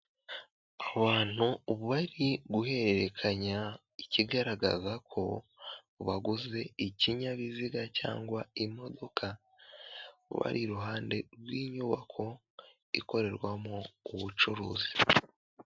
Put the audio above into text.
Abantu bari guhererekanya ikigaragaza ko baguze ikinyabiziga cyangwa imodoka bari iruhande rw'inyubako ikorerwamo ubucuruzi.